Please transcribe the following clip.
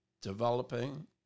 developing